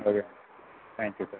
okay thank you sir